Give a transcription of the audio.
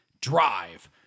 Drive